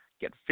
Get